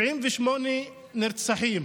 78 נרצחים,